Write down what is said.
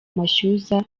mashyuza